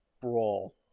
Brawl